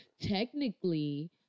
technically